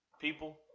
People